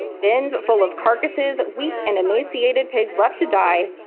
bins full of carcasses, weak and emaciated pigs left to die,